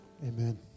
Amen